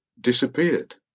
disappeared